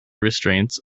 restraints